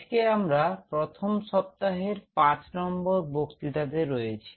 আজকে আমরা প্রথম সপ্তাহের পাঁচ নম্বর বক্তৃতাতে রয়েছি